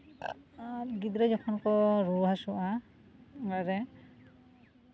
ᱟᱨ ᱜᱤᱫᱽᱨᱟᱹ ᱡᱚᱠᱷᱚᱱ ᱠᱚ ᱨᱩᱣᱟᱹ ᱦᱟᱹᱥᱩᱜᱼᱟ ᱚᱲᱟᱜ ᱨᱮ